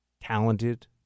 talented